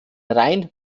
rein